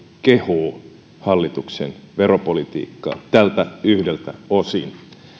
kehuu hallituksen veropolitiikkaa tältä yhdeltä osin